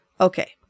Okay